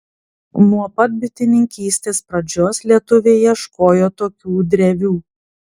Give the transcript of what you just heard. nuo pat bitininkystės pradžios lietuviai ieškojo tokių drevių